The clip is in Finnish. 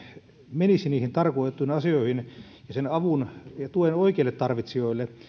menisi niihin tarkoitettuihin asioihin ja sen avun ja tuen oikeille tarvitsijoille